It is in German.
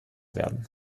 werden